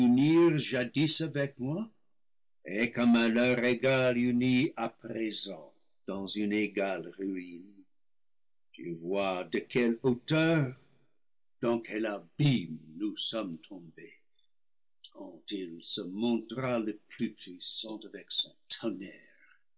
avec moi et qu'un malheur égal unit à présent dans une égale ruine tu vois de quelle hauteur dans quel abime nous sommes tombés tant ii se montra le plus puissant avec son tonnerre